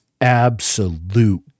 absolute